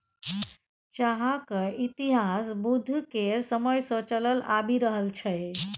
चाहक इतिहास बुद्ध केर समय सँ चलल आबि रहल छै